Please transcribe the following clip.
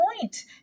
point